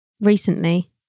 Recently